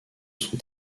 sont